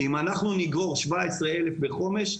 כי אם אנחנו נגרור 17,000 בחומש,